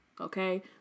Okay